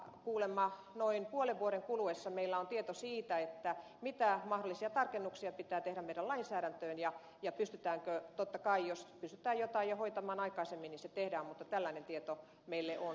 kuulemma noin puolen vuoden kuluessa meillä on tieto siitä mitä mahdollisia tarkennuksia pitää tehdä meidän lainsäädäntöömme mutta totta kai jos pystytään jotain jo hoitamaan aikaisemmin niin se tehdään mutta tällainen tieto meille ministeri wallinin kanssa on tänä päivänä tullut